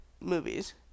movies